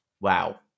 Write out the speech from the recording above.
Wow